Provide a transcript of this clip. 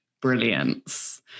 brilliance